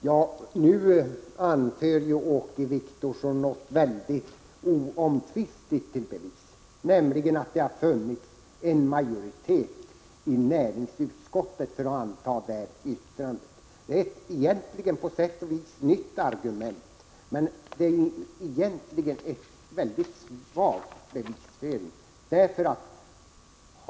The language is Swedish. Herr talman! Nu anför Åke Wictorsson till bevis något verkligt oomtvistligt, nämligen att det har funnits en majoritet i näringsutskottet för att anta utskottets yttrande. Det är på sätt och vis ett nytt argument, men det är egentligen en mycket svag bevisföring.